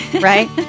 right